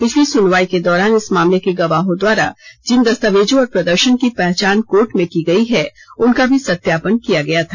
पिछली सुनवाई के दौरान इस मामले के गवाहों द्वारा जिन दस्तावेजों और प्रदर्शन की पहचान कोर्ट में गयी है उनका भी सत्यापन किया गया था